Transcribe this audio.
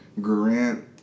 Grant